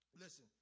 listen